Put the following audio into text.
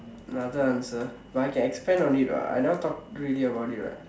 another answer but I can expand on it what I never talk really about it what